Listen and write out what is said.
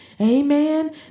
amen